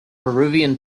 peruvian